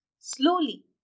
slowly